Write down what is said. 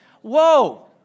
Whoa